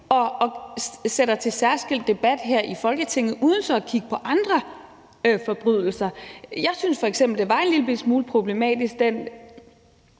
og sætter dem til særskilt debat her i Folketinget uden så at kigge på andre forbrydelser. Jeg synes f.eks., at den behandling,